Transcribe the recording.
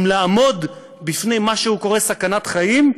אם לעמוד בפני מה שהוא קורא "סכנת חיים",